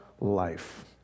life